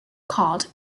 called